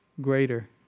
greater